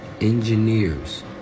engineers